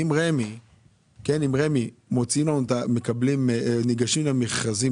אם רמ"י מוכרים את המכרזים